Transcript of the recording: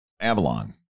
Avalon